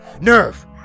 Nerve